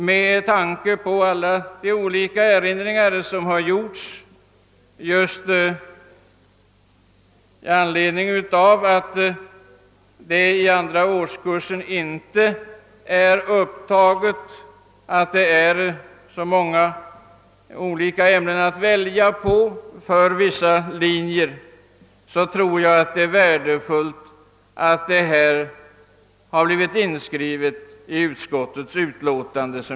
Med tanke på alla de olika erinringar som har gjorts just i anledning av att i andra avdelningen för vissa linjer inte är upptagna olika ämnen att välja på, tror jag, att det är värdefullt att detta, som jag nyss antydde, har blivit inskrivet i utskottets utlåtande.